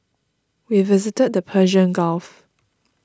we visited the Persian Gulf